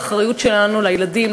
האחריות שלנו לילדים,